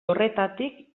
horretatik